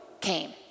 came